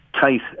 tight